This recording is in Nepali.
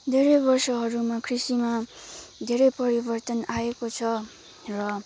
धेरै वर्षहरूमा कृषिमा धेरै परिवर्तन आएको छ र